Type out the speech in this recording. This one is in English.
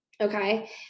Okay